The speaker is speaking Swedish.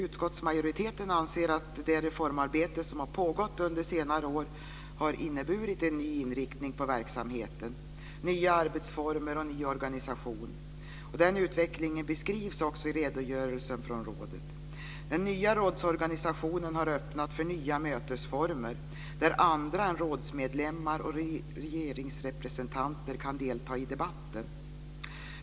Utskottsmajoriteten anser att det reformarbete som har pågått under senare år har inneburit en ny inriktning på verksamheten med nya arbetsformer och ny organisation. Den utvecklingen beskrivs också i redogörelsen från rådet. Den nya rådsorganisationen har öppnat för nya mötesformer där andra än rådsmedlemmar och regeringsrepresentanter kan delta i debatten.